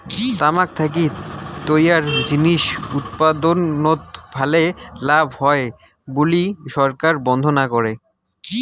তামাক থাকি তৈয়ার জিনিস উৎপাদনত ভালে লাভ হয় বুলি সরকার বন্ধ না করে